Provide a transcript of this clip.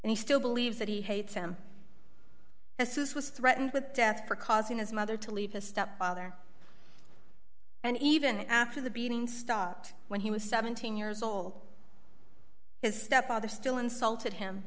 and he still believes that he hates them as this was threatened with death for causing his mother to leave his stepfather and even after the beating stopped when he was seventeen years old his stepfather still insulted him